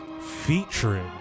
featuring